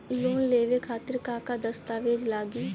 Loan लेवे खातिर का का दस्तावेज लागी?